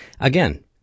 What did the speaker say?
Again